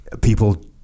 people